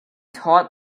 taught